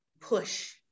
push